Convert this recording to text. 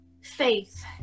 faith